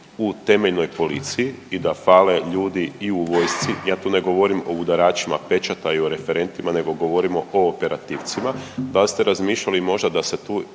u temeljnoj policiji i da fale ljudi i u vojsci, ja tu ne govorim o udaračima pečata i o referentima, nego govorimo o operativcima, da li ste razmišljali možda da se tu